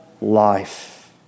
life